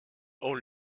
ont